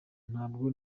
ntabwo